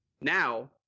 Now